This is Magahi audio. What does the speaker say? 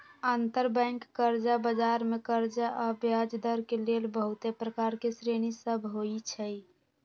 अंतरबैंक कर्जा बजार मे कर्जा आऽ ब्याजदर के लेल बहुते प्रकार के श्रेणि सभ होइ छइ